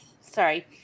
sorry